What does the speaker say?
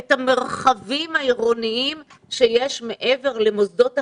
את המרחבים העירוניים שיש שמעבר למוסדות החינוך.